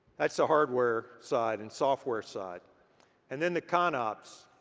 that's the hardware side and software side and then the conops.